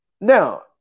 Now